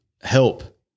help